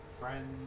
friends